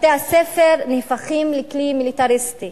בתי-הספר נהפכים לכלי מיליטריסטי